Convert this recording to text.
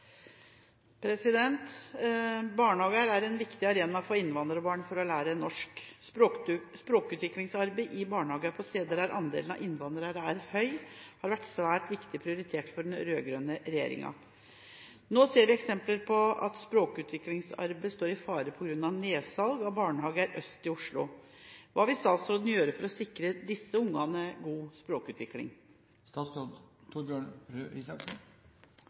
å lære norsk. Språkutviklingsarbeidet i barnehager på steder der andelen innvandrere er høy, har vært en viktig prioritet for den rød-grønne regjeringen. Nå ser vi eksempler på at språkutviklingsarbeidet står i fare pga. nedsalg av barnehager øst i Oslo. Hva vil statsråden gjøre for å sikre disse ungene god språkutvikling?»